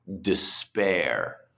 despair